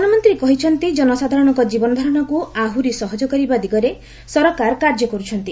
ପ୍ରଧାନମନ୍ତ୍ରୀ କହିଛନ୍ତି ଜନସାଧାରଣଙ୍କ ଜୀବନଧାରଣକୁ ଆହୁରି ସହଜ କରିବା ଦିଗରେ ସରକାର କାର୍ଯ୍ୟ କରୁଛନ୍ତି